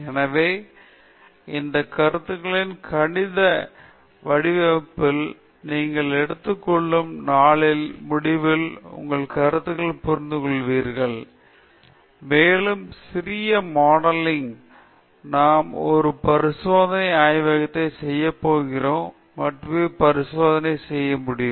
எனவே இந்த கருத்துகளின் கணித வடிவத்தில் நீங்கள் எடுத்துக் கொள்ளும் நாளின் முடிவில் உள்ள கருத்துகளை நீங்கள் புரிந்துகொள்கிறீர்கள் உங்கள் கணினிகளுக்கு சில மாதிரிகள் உருவாகின்றன மேலும் சிறிது சோதனை நடவடிக்கைகளுடன் கணினிகளைப் புரிந்து கொள்ள முயற்சி செய்கின்றன மேலும் சிறிய மாடலிங் நாம் ஒரு பரிசோதனை ஆய்வகத்தைச் செய்கின்றபோது மட்டுமே பரிசோதனை செய்யச் முடியும்